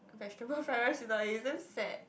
vegetable fried rice without egg that's sad